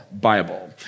Bible